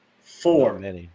Four